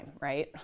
Right